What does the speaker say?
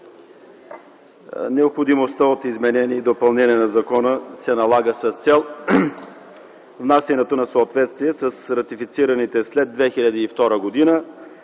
необходимостта от изменение и допълнение на закона се налага с цел внасянето на съответствие с ратифицираните след 2002 г.